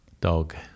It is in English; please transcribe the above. dog